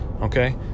Okay